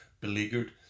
beleaguered